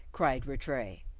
cried rattray,